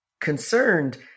concerned